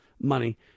money